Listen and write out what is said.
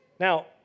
Now